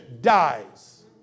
dies